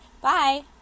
Bye